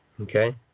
okay